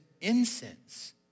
incense